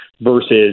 versus